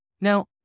Now